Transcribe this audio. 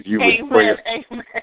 Amen